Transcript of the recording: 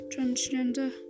transgender